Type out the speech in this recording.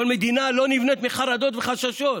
אבל מדינה לא נבנית מחרדות וחששות,